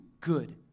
good